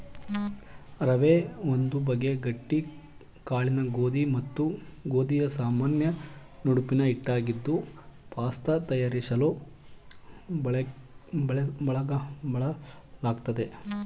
ರವೆ ಒಂದು ಬಗೆ ಗಟ್ಟಿ ಕಾಳಿನ ಗೋಧಿ ಮತ್ತು ಗೋಧಿಯ ಸಾಮಾನ್ಯ ನುಣುಪಿನ ಹಿಟ್ಟಾಗಿದ್ದು ಪಾಸ್ತ ತಯಾರಿಸಲು ಬಳಲಾಗ್ತದೆ